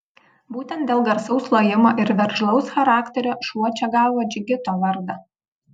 būtent dėl garsaus lojimo ir veržlaus charakterio šuo čia gavo džigito vardą